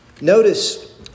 Notice